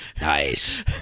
Nice